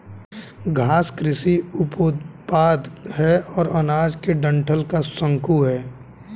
घास कृषि उपोत्पाद है और अनाज के डंठल का शंकु है